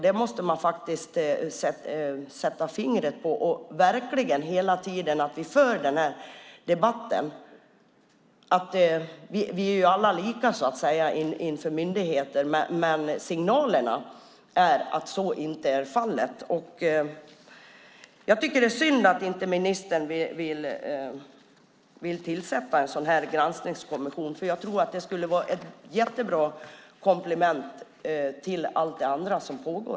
Det måste man sätta fingret på, och vi måste hela tiden föra en debatt. Vi är alla lika inför myndigheter, men signalen är att så inte är fallet. Jag tycker att det är synd att ministern inte vill tillsätta en granskningskommission, för jag tror att en sådan skulle vara ett jättebra komplement till allt det andra som pågår.